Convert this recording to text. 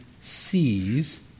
sees